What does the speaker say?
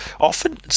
often